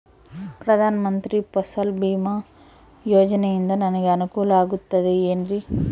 ಪ್ರಧಾನ ಮಂತ್ರಿ ಫಸಲ್ ಭೇಮಾ ಯೋಜನೆಯಿಂದ ನನಗೆ ಅನುಕೂಲ ಆಗುತ್ತದೆ ಎನ್ರಿ?